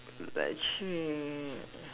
but actually